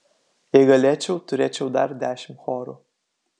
jei galėčiau turėčiau dar dešimt chorų